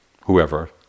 whoever